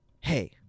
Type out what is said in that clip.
hey